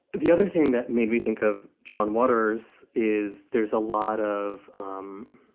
the other thing that made me think of john waters is there's a lot of um